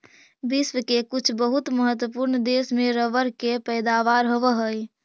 विश्व के कुछ बहुत महत्त्वपूर्ण देश में रबर के पैदावार होवऽ हइ